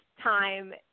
time